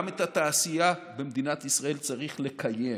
גם את התעשייה במדינת ישראל צריך לקיים.